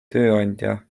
tööandja